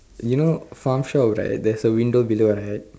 you know farm shop right there's a window inside right